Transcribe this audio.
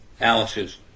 Alice's